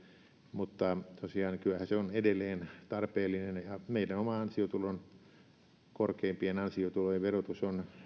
mutta kyllähän se tosiaan on edelleen tarpeellinen meidän korkeimpien ansiotulojen verotus on